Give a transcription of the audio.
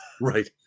Right